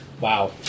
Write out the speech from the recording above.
Wow